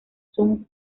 sun